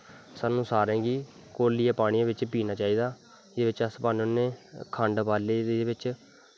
सानूं सारें गी घोलियै पानी बिच्च पीना चाहिदा एह्दे बिच्च अस पान्ने होने खंड पाई लेई एह्दैे बिच्च